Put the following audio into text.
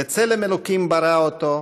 בצלם ה' ברא אֹתו,